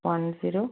one zero